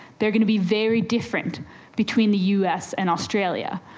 they are going to be very different between the us and australia.